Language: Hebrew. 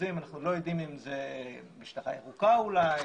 אנחנו לא יודעים אם זה משטרה ירוקה אולי,